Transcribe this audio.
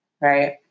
Right